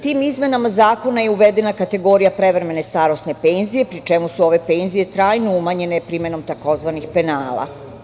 Tim izmenama zakona je uvedena kategorija prevremene starosne penzije, pri čemu su ove penzije trajno umanjene primenom tzv. penala.